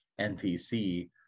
NPC